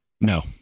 No